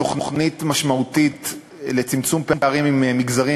תוכנית משמעותית לצמצום פערים עם מגזרים,